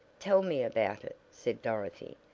tell me about it, said dorothy,